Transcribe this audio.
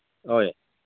ꯍꯣꯏ